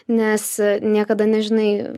nes niekada nežinai